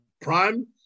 Prime